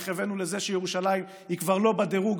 איך הבאנו לזה שירושלים היא כבר לא בדירוג